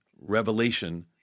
revelation